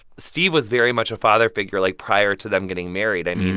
steve was very much a father figure, like, prior to them getting married. i mean,